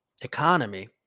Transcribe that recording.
economy